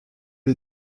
lui